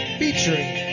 featuring